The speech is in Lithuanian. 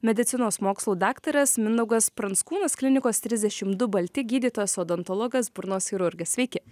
medicinos mokslų daktaras mindaugas pranskūnas klinikos trisdešim du balti gydytojas odontologas burnos chirurgas sveiki